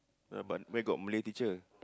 ah but where got Malay teacher